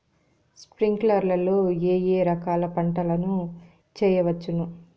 స్ప్రింక్లర్లు లో ఏ ఏ రకాల పంటల ను చేయవచ్చును?